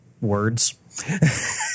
words